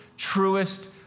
truest